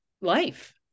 life